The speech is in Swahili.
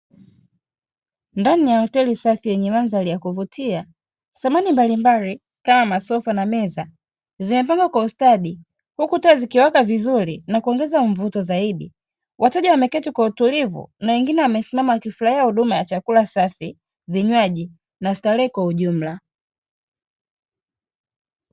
Ndani ya hoteli safi yenye mandhari ya kuvutia, samani mbalimbali kama masofa na meza, zimepangwa kwa ustadi huku taa zikiwaka vizuri na kuongeza mvuto zaidi. Wateja wameketi kwa utulivu, na wengine wamesimama wakifurahia huduma ya chakula safi, vinywaji na starehe kwa ujumla.